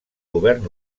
govern